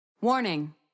Warning